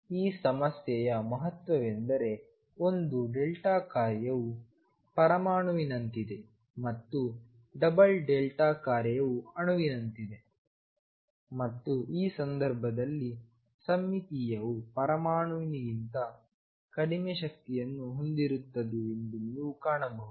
ಈ ಸಮಸ್ಯೆಯ ಮಹತ್ವವೆಂದರೆ ಒಂದೇ ಡೆಲ್ಟಾ ಕಾರ್ಯವು ಪರಮಾಣುವಿನಂತಿದೆ ಮತ್ತು ಡಬಲ್ ಡೆಲ್ಟಾ ಕಾರ್ಯವು ಅಣುವಿನಂತಿದೆ ಮತ್ತು ಈ ಸಂದರ್ಭದಲ್ಲಿ ಸಮ್ಮಿತೀಯವು ಪರಮಾಣುವಿಗಿಂತ ಕಡಿಮೆ ಶಕ್ತಿಯನ್ನು ಹೊಂದಿರುತ್ತದೆ ಎಂದು ನೀವು ಕಾಣಬಹುದು